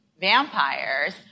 vampires